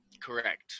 Correct